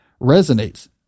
resonates